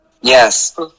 Yes